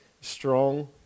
strong